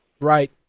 Right